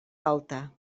alta